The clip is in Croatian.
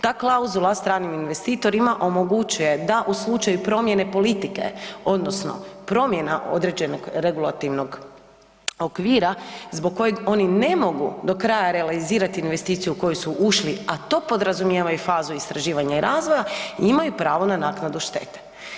Ta klauzula stranim investitorima omogućuje da u slučaju promjene politike odnosno promjena određenog regulativnog okvira zbog kojeg oni ne mogu do kraja realizirati investiciju u koju su ušli, a to podrazumijeva i fazu istraživanja i razvoja imaju pravo na naknadu štete.